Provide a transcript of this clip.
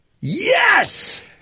Yes